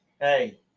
Hey